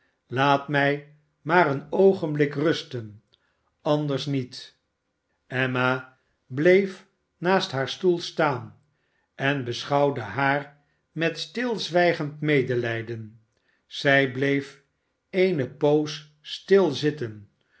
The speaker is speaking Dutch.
laat mij maar een oogenblik rusten anders niet emma bleef naast haar stoel staan en beschouwde haar met stilzwijgend medelijden zij bleef eene poos